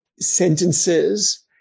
sentences